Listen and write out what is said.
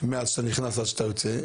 מאז שאתה נכנס ועד שאתה יוצא.